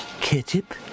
ketchup